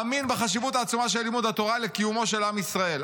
מאמין בחשיבות העצומה של לימוד התורה לקיומו של עם ישראל.